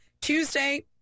Tuesday